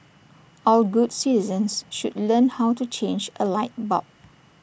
all good citizens should learn how to change A light bulb